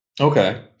Okay